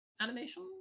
animation